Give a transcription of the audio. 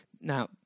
Now